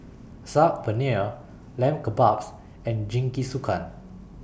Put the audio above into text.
Saag Paneer Lamb Kebabs and Jingisukan